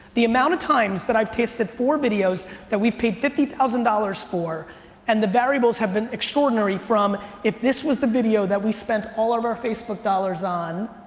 the amount of times that i've tested four videos that we've paid fifty thousand dollars for and the variables have been extraordinary from if this was the video that we spent all of our facebook dollars on,